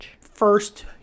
first